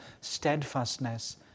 steadfastness